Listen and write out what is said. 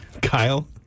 Kyle